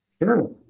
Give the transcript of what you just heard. Sure